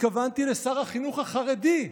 התכוונתי לשר החינוך החרדי",